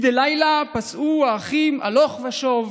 מדי לילה פסעו האחים הלוך ושוב,